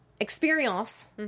experience